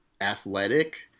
athletic